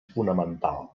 fonamental